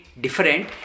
different